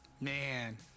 Man